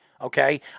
Okay